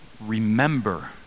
remember